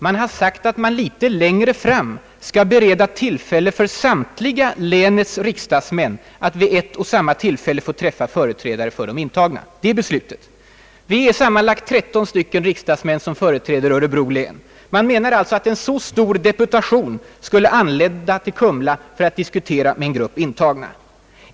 Man har sagt att man litet längre fram skall bereda tillfälle för samtliga länets riksdagsmän att vid ett och samma tillfälle få träffa företrädare för de intagna. Vi är sammanlagt 13 riksdagsmän som företräder Örebro län. Menar man att en så stor deputation skulle anlända till Kumla för att diskutera med en grupp intagna?